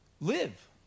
live